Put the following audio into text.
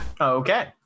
Okay